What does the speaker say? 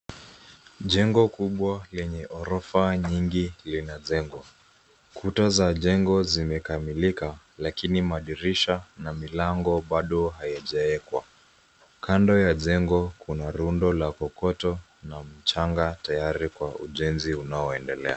Jengo kubwa lenye ghorofa nyingi , linajengwa. Kuta za jengo zimekamilika, lakini madirisha na milango, bado haijaekwa. Kando ya jengo, kuna rundo la kokoto na mchanga tayari kwa ujenzi unaendelea.